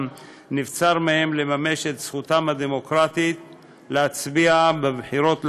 נבצר מהם לממש את זכותם הדמוקרטית להצביע בבחירות לכנסת,